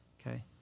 Okay